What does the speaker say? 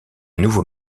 nouveau